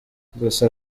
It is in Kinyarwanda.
gusa